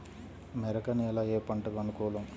మెరక నేల ఏ పంటకు అనుకూలం?